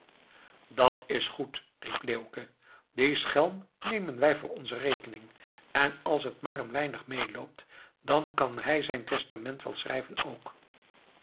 dat is goed riep leeuwke dien schelm nemen wij voor onze rekening en als het maar een weinig meeloopt dan kan hij zijn testament wel schrijven ook